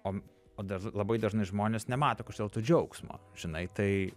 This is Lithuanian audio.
o o dar labai dažnai žmonės nemato kodėl to džiaugsmo žinai tai